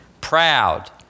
Proud